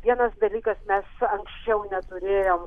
vienas dalykas mes anksčiau neturėjom